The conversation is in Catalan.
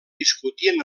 discutien